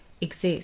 exist